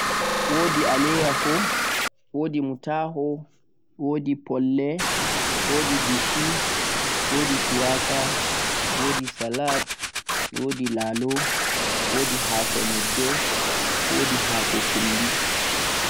wodi aleyaho, wodi mutaho, wodi pulle, wodi bishi, wodi shuwaka, wodi salad, wodi lalo, wodi hako nyeɓɓe, wodi hako kumbi